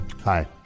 Hi